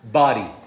body